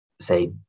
say